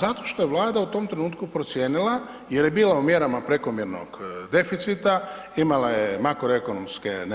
Zato što je Vlada u tom trenutku procijenila jer je bila u mjerama prekomjernog deficita, imala je makroekonomske